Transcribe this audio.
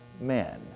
man